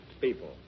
people